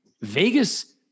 Vegas